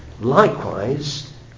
likewise